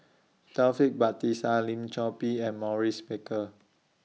Taufik Batisah Lim Chor Pee and Maurice Baker